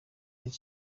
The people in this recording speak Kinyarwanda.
iki